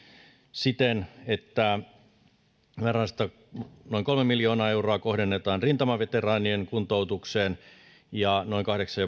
siten että rahasta noin kolme miljoonaa euroa kohdennetaan rintamaveteraanien kuntoutukseen ja noin kahdeksan